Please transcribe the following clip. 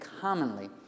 commonly